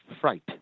fright